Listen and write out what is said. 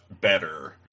better